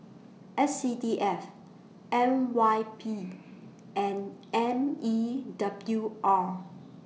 S C D F N Y P and M E W R